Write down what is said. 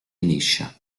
liscia